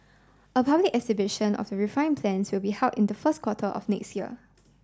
a public exhibition of the refine plans will be held in the first quarter of next year